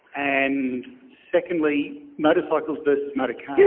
and secondly, motorcycles versus motorcars yeah